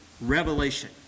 revelation